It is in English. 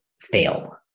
fail